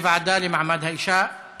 לוועדה לקידום מעמד האישה ולשוויון מגדרי.